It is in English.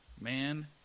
Man